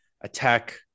attack